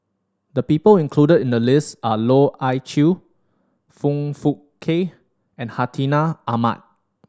the people included in the list are Loh Ah Chee Foong Fook Kay and Hartinah Ahmad